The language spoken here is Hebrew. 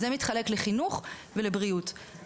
זה מתחלק לחינוך ולבריאות.